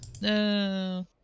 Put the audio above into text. No